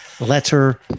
letter